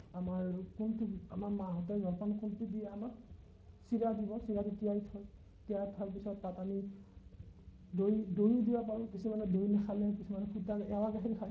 আমাৰ কোনটো আমাৰ মাহঁতে জলপান কোনটো দিয়ে আমাক চিৰা দিব চিৰাটো তিয়াই থয় তিয়াই থোৱাৰ পিছত তাত আমি দৈ দৈও দিব পাৰোঁ কিছুমানে দৈ নাখালে কিছুমানে সুদা এৱাঁ গাখীৰ খায়